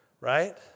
Right